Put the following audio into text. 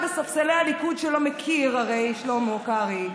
הליכוד שלא מכיר, שלמה קרעי,